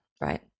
Right